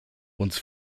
uns